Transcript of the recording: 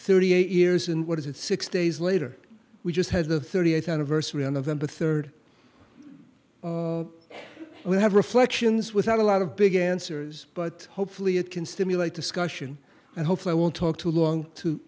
thirty eight years and what is it six days later we just had the thirtieth anniversary on november third we have reflections with a lot of began cers but hopefully it can stimulate discussion and hopefully i won't talk too long to